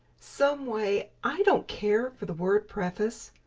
someway i don't care for the word preface.